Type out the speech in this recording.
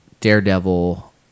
Daredevil